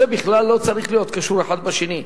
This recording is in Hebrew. זה בכלל לא צריך להיות קשור אחד בשני.